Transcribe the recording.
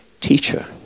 teacher